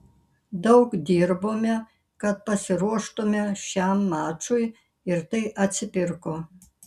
daug dirbome kad pasiruoštumėme šiam mačui ir tai atsipirko